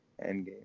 Endgame